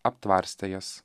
aptvarstė jas